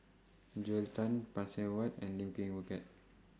Joel Tan Phay Seng Whatt and Lim Ping Wee Kiak